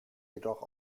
jedoch